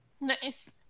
Nice